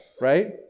right